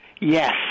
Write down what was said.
Yes